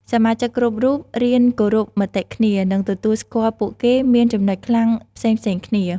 សមាជិកគ្រប់រូបរៀនគោរពមតិគ្នា និងទទួលស្គាល់ពួកគេមានចំណុចខ្លាំងផ្សេងៗគ្នា។